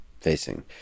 facing